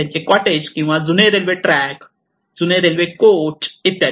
त्याचे कॉटेज किंवा जुने रेल्वे ट्रॅक जुने रेल्वे कोच इत्यादी